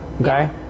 Okay